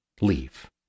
leave